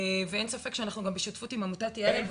ואנחנו גם בשותפות עם עמותת יה"ל.